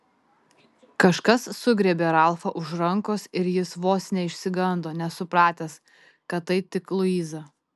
kažkas sugriebė ralfą už rankos ir jis vos neišsigando nesupratęs kad tai tik luiza